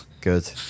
Good